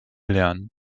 lernen